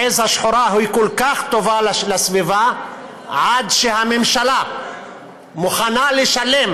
העז השחורה כל כך טובה לסביבה עד שהממשלה מוכנה לשלם